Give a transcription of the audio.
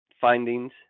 findings